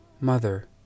mother